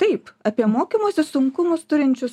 taip apie mokymosi sunkumus turinčius